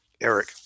Eric